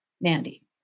mandy